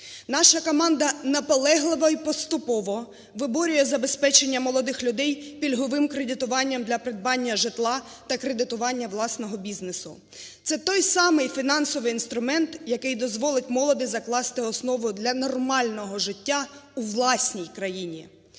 Наша команда наполегливо і поступово виборює забезпечення молодих людей пільговим кредитуванням для придбання житла та кредитування власного бізнесу. Це той самий фінансовий інструмент, який дозволить молоді закласти основу для нормального життя у власній країні.